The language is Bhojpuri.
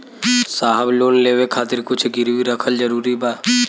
साहब लोन लेवे खातिर कुछ गिरवी रखल जरूरी बा?